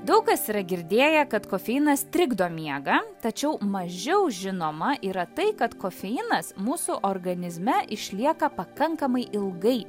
daug kas yra girdėję kad kofeinas trikdo miegą tačiau mažiau žinoma yra tai kad kofeinas mūsų organizme išlieka pakankamai ilgai